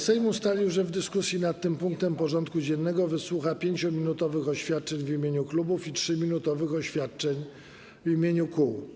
Sejm ustalił, że w dyskusji nad tym punktem porządku dziennego wysłucha 5-minutowych oświadczeń w imieniu klubów i 3-minutowych oświadczeń w imieniu kół.